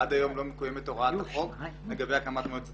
שעד היום לא מקוימת הוראת החוק לגבי הקמת מועצת